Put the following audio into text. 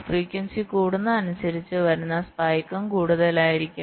frequency കൂടുന്നതനുസരിച് വരുന്ന സ്പൈകും കൂടുതലായിരിക്കും